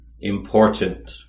important